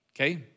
Okay